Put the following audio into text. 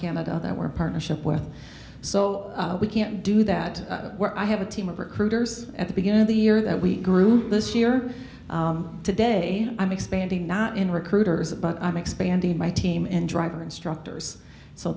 canada that we're partnership with so we can't do that i have a team of recruiters at the beginning of the year that we grew this year today i'm expanding not in recruiters but i'm expanding my team and driver instructors so